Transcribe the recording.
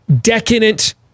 decadent